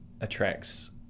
attracts